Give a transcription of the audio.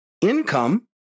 income